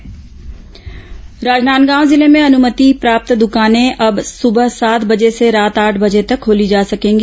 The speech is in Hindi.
कोरोना जिला राजनांदगांव जिले में अनुमति प्राप्त दुकानें अब सुबह सात बजे से रात आठ बजे तक खोली जा सकेंगी